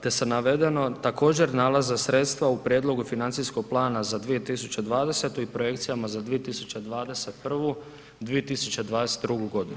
Te se navedeno također nalaze sredstva u prijedlogu financijskog plana za 2020. i Projekcijama za 2021., 2022. godinu.